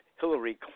Hillary